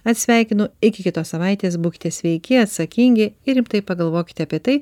atsisveikinu iki kitos savaitės būkite sveiki atsakingi ir rimtai pagalvokite apie tai